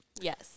Yes